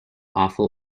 awful